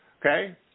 Okay